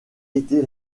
été